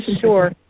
sure